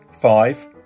five